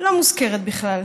לא מוזכרת בכלל.